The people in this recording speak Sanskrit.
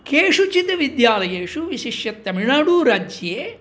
केषुचिद् विद्यालयेषु विशिष्य तमिळ्नाडुराज्ये